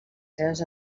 seves